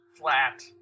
flat